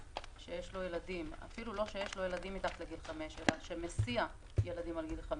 שיש לו ילדים או שמסיע ילדים עד גיל 5